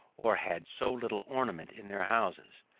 or had so little ornament in their houses.